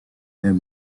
and